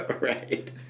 Right